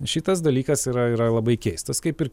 šitas dalykas yra yra labai keistas kaip ir